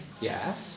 Yes